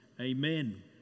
Amen